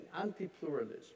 Anti-pluralism